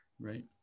Right